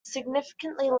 significantly